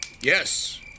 Yes